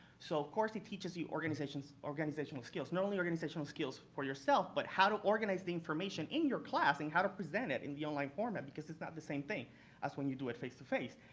so of course, it teaches you organizational organizational skills. not only organizational skills for yourself, but how to organize the information in your class and how to present it in the online format, because it's not the same thing as when you do it face-to-face.